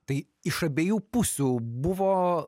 tai iš abiejų pusių buvo